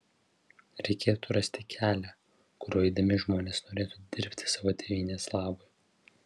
reikėtų rasti kelią kuriuo eidami žmonės norėtų dirbti savo tėvynės labui